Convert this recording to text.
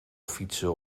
fietsen